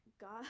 God